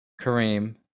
Kareem